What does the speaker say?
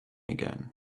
again